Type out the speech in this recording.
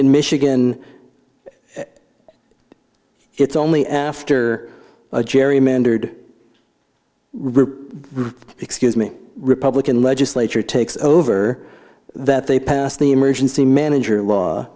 in michigan it's only after a gerrymandered excuse me republican legislature takes over that they pass the emergency manager law